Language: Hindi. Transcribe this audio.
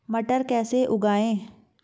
मटर कैसे उगाएं?